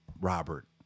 Robert